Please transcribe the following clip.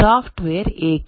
software ಏಕೆ